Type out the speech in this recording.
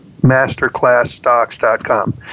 Masterclassstocks.com